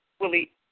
Willie